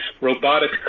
robotic